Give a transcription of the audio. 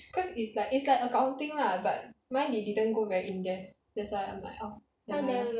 cause it's like it's like accounting lah but mine they didn't go very in depth that's why I'm like orh never mind lah